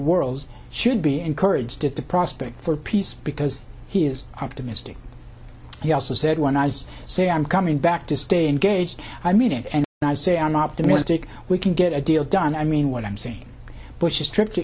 world should be encouraged if the prospects for peace because he is optimistic he also said when i was say i'm coming back to stay engaged i mean it and i say i'm optimistic we can get a deal done i mean what i'm saying bush's trip to